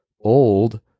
old